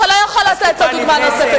אתה לא יכול לתת לו דוגמה נוספת.